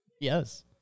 Yes